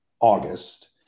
August